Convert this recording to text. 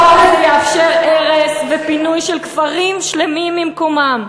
החוק הזה יאפשר הרס ופינוי של כפרים שלמים ממקומם,